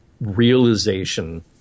realization